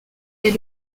est